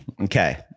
Okay